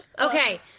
Okay